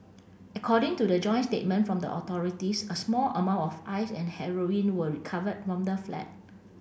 according to the joint statement from the authorities a small amount of Ice and heroin were recovered from the flat